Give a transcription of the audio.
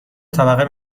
طبقه